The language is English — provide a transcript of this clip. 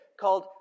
called